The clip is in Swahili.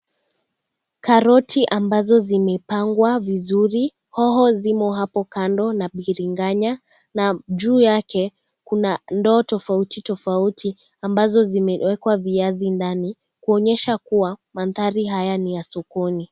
Karoti ambazo zimepangwa vizuri, hoho zimo hapo kando na biringanya na juu yake kuna ndoo tofauti tofauti, ambazo zimewekwa viazi ndani. Kuonyesha kuwa, mandhari ya sokoni.